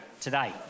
today